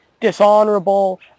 dishonorable